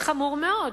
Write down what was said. זה חמור מאוד.